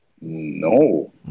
No